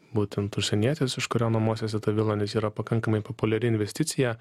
būtent užsienietis iš kurio namuosiesi tą vilą nes yra pakankamai populiari investicija